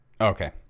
Okay